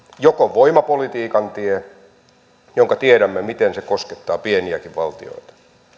joko voimapolitiikan tie josta tiedämme miten se koskettaa pieniäkin valtioita